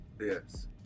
Yes